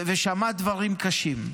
ושמע דברים קשים.